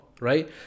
right